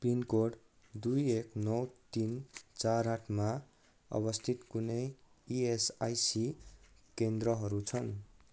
pin code दुई एक नौ तिन चार आठमा अवस्थित कुनै इएसआइसी केन्द्रहरू छन्